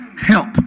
help